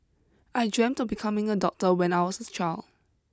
I dreamt of becoming a doctor when I was a child